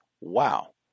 Wow